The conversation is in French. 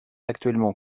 actuellement